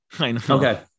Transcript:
Okay